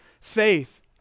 faith